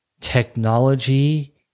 technology